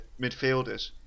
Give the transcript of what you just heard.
midfielders